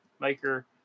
maker